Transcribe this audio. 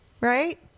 right